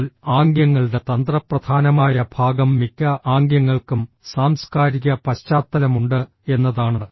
എന്നാൽ ആംഗ്യങ്ങളുടെ തന്ത്രപ്രധാനമായ ഭാഗം മിക്ക ആംഗ്യങ്ങൾക്കും സാംസ്കാരിക പശ്ചാത്തലമുണ്ട് എന്നതാണ്